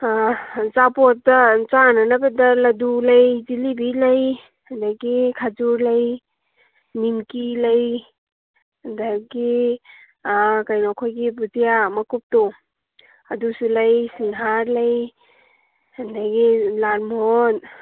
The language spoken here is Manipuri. ꯑꯆꯥꯄꯣꯠꯇ ꯆꯥꯅꯅꯕꯗ ꯂꯗꯨ ꯂꯩ ꯖꯤꯂꯤꯕꯤ ꯂꯩ ꯑꯗꯒꯤ ꯈꯖꯨꯔ ꯂꯩ ꯅꯤꯝꯀꯤ ꯂꯩ ꯑꯗꯒꯤ ꯀꯩꯅꯣ ꯑꯩꯈꯣꯏꯒꯤ ꯕꯨꯖꯤꯌꯥ ꯃꯀꯨꯞꯇꯣ ꯑꯗꯨꯁꯨ ꯂꯩ ꯁꯤꯡꯍꯥꯔ ꯂꯩ ꯑꯗꯒꯤ ꯂꯥꯟ ꯃꯣꯍꯣꯟ